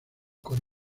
con